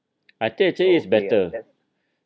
actually think it's better